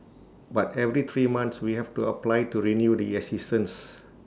but every three months we have to apply to renew the assistance